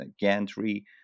gantry